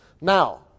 Now